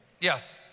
Yes